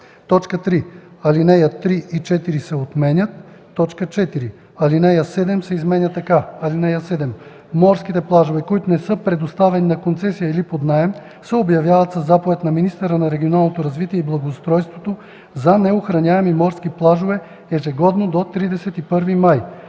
3. Алинеи 3 и 4 се отменят. 4. Алинея 7 се изменя така: „(7) Морските плажове, които не са предоставени на концесия или под наем, се обявяват със заповед на министъра на регионалното развитие и благоустройството за неохраняеми морски плажове ежегодно до 31 май.